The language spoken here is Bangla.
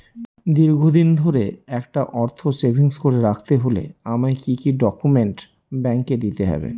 দীর্ঘদিন ধরে একটা অর্থ সেভিংস করে রাখতে হলে আমায় কি কি ডক্যুমেন্ট ব্যাংকে দিতে হবে?